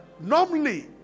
Normally